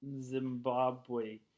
Zimbabwe